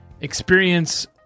Experience